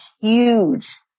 huge